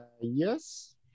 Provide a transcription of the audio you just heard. Yes